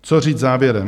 Co říct závěrem?